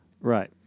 Right